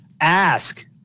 Ask